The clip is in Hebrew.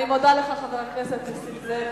אני מודה לך, חבר הכנסת נסים זאב.